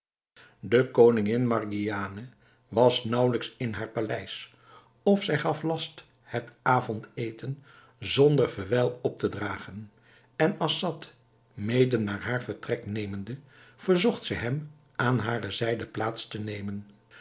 de koningin margiane was naauwelijks in haar paleis of zij gaf last het avondeten zonder verwijl op te dragen en assad mede naar haar vertrek nemende verzocht zij hem aan hare zijde plaats te nemen